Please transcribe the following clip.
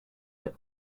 des